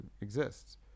exists